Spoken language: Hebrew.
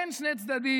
אין שני צדדים.